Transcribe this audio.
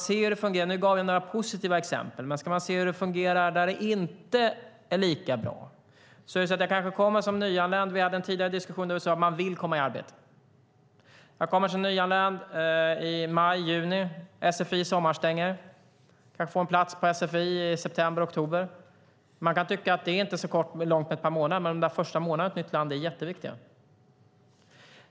Nu gav jag några positiva exempel, men ska man se hur det fungerar där det inte är lika bra så hade vi en tidigare diskussion där vi sade att man vill komma i arbete. Säg att jag kommer som nyanländ i maj-juni. Sfi sommarstänger, och jag kanske får en plats på sfi i september-oktober. Man kan tycka att ett par månader inte är så lång tid, men de första månaderna i ett nytt land är jätteviktiga.